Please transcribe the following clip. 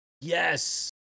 yes